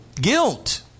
guilt